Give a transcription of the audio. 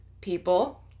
people